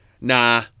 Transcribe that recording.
Nah